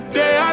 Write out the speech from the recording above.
day